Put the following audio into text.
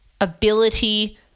ability